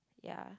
yea